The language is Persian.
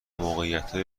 موقعیت